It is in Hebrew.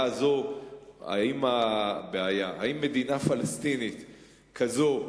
האם מדינה פלסטינית כזאת,